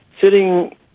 sitting